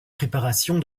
préparation